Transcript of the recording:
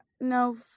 no